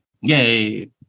Yay